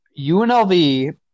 UNLV